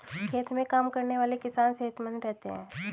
खेत में काम करने वाले किसान सेहतमंद रहते हैं